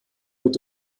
wird